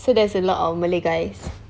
so there's a lot of malay guys